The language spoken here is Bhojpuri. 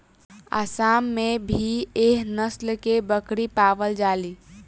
आसाम में भी एह नस्ल के बकरी पावल जाली